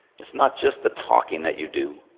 it's not just the talking that you do,